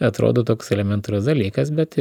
atrodo toks elementarus dalykas bet